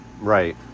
Right